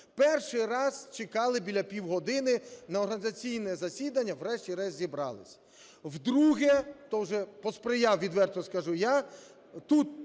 Перший раз чекали біля півгодини на організаційне засідання, врешті-решт зібрались. Вдруге - то вже посприяв, відверто скажу, я, - тут